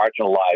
marginalized